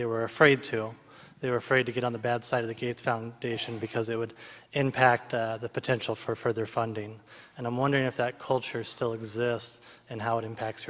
they were afraid to they were afraid to get on the bad side of the gates foundation because it would impact the potential for further funding and i'm wondering if that culture still exists and how it impacts